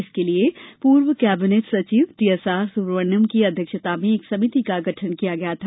इसके लिए पूर्व कैबिनेट सचिव टीएसआर सुब्रमण्यम की अध्यक्षता में एक समिति का गठन किया गया था